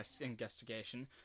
Investigation